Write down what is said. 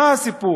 מה הסיפור?